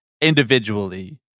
individually